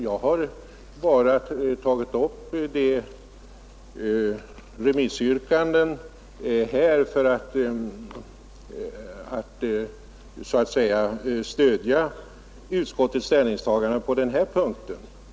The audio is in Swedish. Jag har bara tagit upp dessa remissyttranden för att så att säga stödja utskottets ställningstagande på denna punkt.